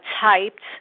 typed